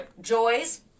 joys